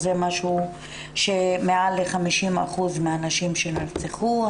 שזה מעל ל-50% מהנשים שנרצחו,